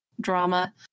drama